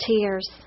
tears